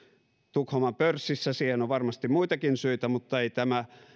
tukholman pörssissä siihen on varmasti muitakin syitä mutta ei tämä